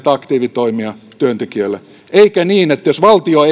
aktiivitoimia työntekijöille eikä niin että jos valtio